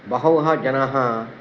बहवः जनाः